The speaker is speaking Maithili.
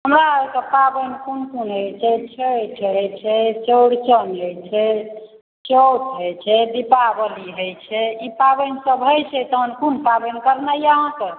हमरा ओतय पाबनि कोन कोन होइत छै छठि होइत छै चौरचन होइत छै चौठ होइत छै दीपावली होइत छै ई पाबनिसभ होइत छै तहन कोन पाबनि करनाइ यए अहाँकेँ